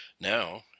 Now